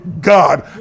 God